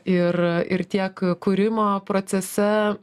ir ir tiek kūrimo procese